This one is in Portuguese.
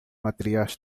materiais